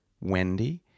Wendy